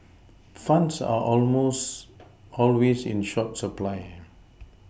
funds are almost always in short supply